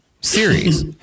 series